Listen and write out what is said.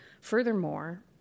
Furthermore